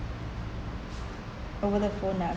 over the phone lah